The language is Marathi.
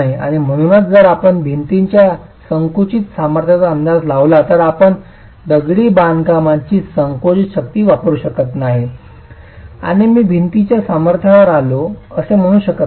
आणि म्हणूनच जर आपण भिंतीच्या संकुचित सामर्थ्याचा अंदाज लावला तर आपण दगडी बांधकामाची संकुचित शक्ती वापरू शकत नाही आणि मी भिंतच्या सामर्थ्यावर आलो असे म्हणू शकत नाही